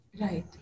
Right